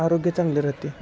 आरोग्य चांगले राहते